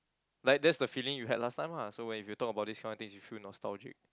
like that's the feeling you had last time ah so when if you talk about these kind of things you feel nostalgic